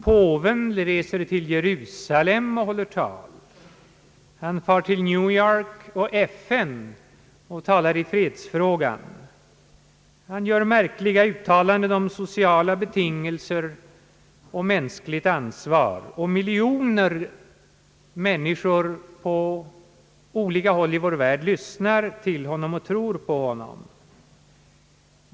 Påven reser till Jerusalem och håller tal, han far till New York och FN och håller tal i fredsfrågan, han gör märkliga uttalanden om sociala betingelser och mänskligt ansvar, och miljoner människor på olika håll i vår värld lyssnar till honom och tror på honom.